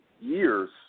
years